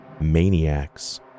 maniacs